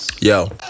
Yo